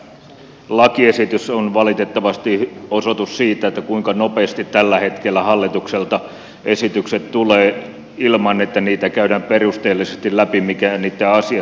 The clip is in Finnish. tämä lakiesitys on valitettavasti osoitus siitä kuinka nopeasti tällä hetkellä hallitukselta esitykset tulevat ilman että käydään perusteellisesti läpi mikä niitten asiasisältö on